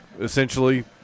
essentially